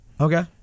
Okay